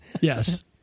Yes